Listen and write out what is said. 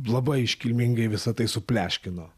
labai iškilmingai visą tai supleškino